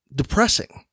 depressing